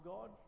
God